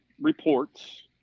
reports